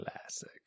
Classic